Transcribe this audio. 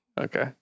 Okay